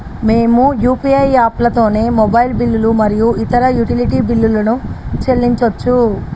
మేము యూ.పీ.ఐ యాప్లతోని మొబైల్ బిల్లులు మరియు ఇతర యుటిలిటీ బిల్లులను చెల్లించచ్చు